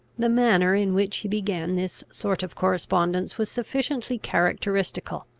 the manner in which he began this sort of correspondence was sufficiently characteristical.